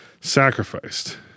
sacrificed